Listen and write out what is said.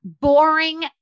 boring